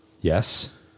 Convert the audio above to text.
Yes